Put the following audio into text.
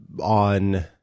on